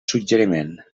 suggeriment